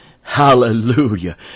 Hallelujah